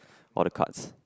or the cards